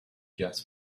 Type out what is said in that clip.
gas